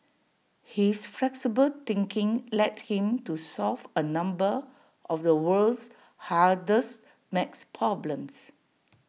his flexible thinking led him to solve A number of the world's hardest math problems